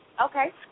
Okay